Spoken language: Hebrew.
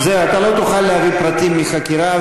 אתה לא תוכל להביא פרטים מהחקירה,